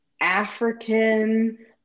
african